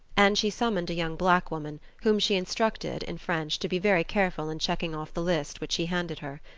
and she summoned a young black woman, whom she instructed, in french, to be very careful in checking off the list which she handed her.